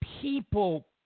people